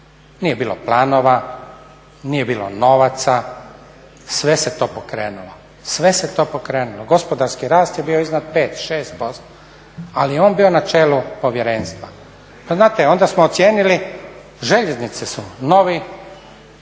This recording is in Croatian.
Nije bilo planova, nije bilo novaca, sve se to pokrenulo, gospodarski rast je bio iznad 5, 6% ali je on bio na čelu povjerenstva. Pa znate, onda smo ocijenili željeznice su novi